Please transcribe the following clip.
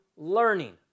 learning